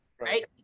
right